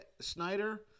Snyder